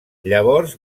llavors